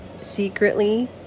secretly